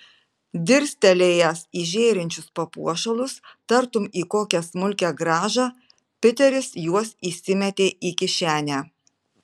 dirstelėjęs į žėrinčius papuošalus tartum į kokią smulkią grąžą piteris juos įsimetė į kišenę